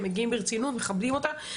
מגיעים ברצינות, מכבדים אותה.